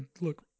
look